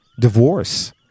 divorce